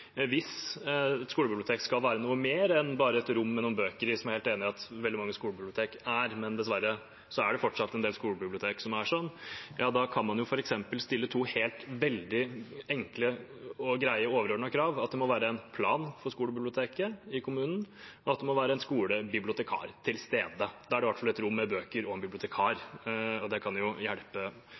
hvis et skolebibliotek skal være noe mer enn bare et rom med noen bøker i – jeg er helt enig i at veldig mange skolebibliotek er det, dessverre er det en del skolebibliotek som fortsatt er sånn – kan man f.eks. stille to veldig enkle og greie overordnede krav: at det må være en plan for skolebiblioteket i kommunen, og at det må være en skolebibliotekar til stede. Da er det i hvert fall et rom med bøker og en bibliotekar, og det kan jo hjelpe.